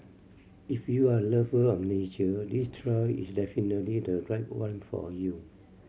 if you're a lover of nature this trail is definitely the right one for you